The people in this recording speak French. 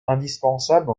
indispensable